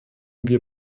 wir